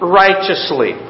righteously